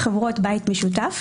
חברות בית משותף.